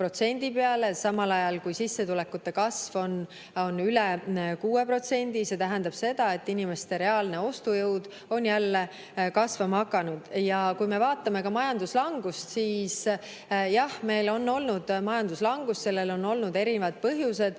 4,6% peale, samal ajal kui sissetulekute kasv on üle 6%. See tähendab seda, et inimeste reaalne ostujõud on hakanud jälle kasvama. Ja kui me vaatame ka majanduslangust, siis jah, meil on olnud majanduslangus, sellel on erinevad põhjused,